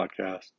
podcast